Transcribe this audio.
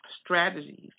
strategies